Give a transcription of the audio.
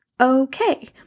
okay